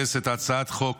הצעת חוק